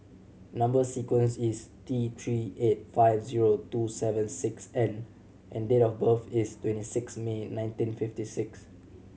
number sequence is T Three eight five zero two seven six N and date of birth is twenty six May nineteen fifty six